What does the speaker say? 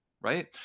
right